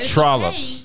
Trollops